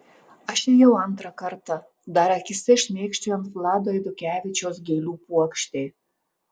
aš ėjau antrą kartą dar akyse šmėkščiojant vlado eidukevičiaus gėlių puokštei